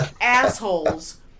assholes